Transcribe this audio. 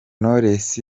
knowless